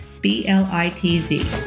B-L-I-T-Z